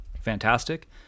fantastic